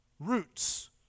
Roots